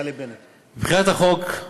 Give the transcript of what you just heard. מבחינת החוק,